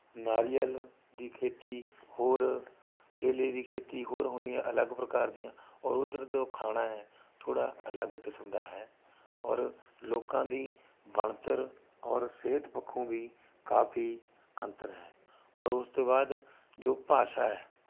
ਨਾਰੀਅਲ ਦੀ ਖੇਤੀ ਹੋਰ ਕੇਲੇ ਦੀ ਖੇਤੀ ਹੋਰ ਹੁੰਦੀਆਂ ਅਲੱਗ ਪ੍ਰਕਾਰ ਦੀਆਂ ਔਰ ਉਧਰ ਦੋ ਖਾਣਾ ਹੈ ਥੋੜ੍ਹਾ ਅਲੱਗ ਕਿਸਮ ਦਾ ਹੈ ਔਰ ਲੋਕਾਂ ਦੀ ਬਣਤਰ ਔਰ ਸਿਹਤ ਪੱਖੋਂ ਵੀ ਕਾਫ਼ੀ ਅੰਤਰ ਹੈ ਔਰ ਉਸ ਤੋਂ ਬਾਅਦ ਜੋ ਭਾਸ਼ਾ ਹੈ